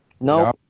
No